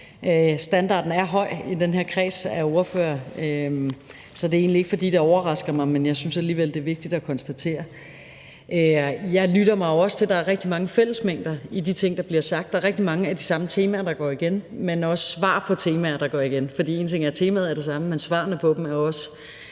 Standarden er høj i den her kreds af ordførere, så det er egentlig ikke, fordi det overrasker mig, men jeg synes alligevel, det er vigtigt at konstatere. Jeg lytter mig også til, at der er rigtig mange fællesmængder i de ting, der bliver sagt, og rigtig mange af de samme temaer, der går igen, men også svar på temaer, der går igen. For én ting er, at temaet er det samme, men svarene på dem er også